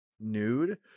nude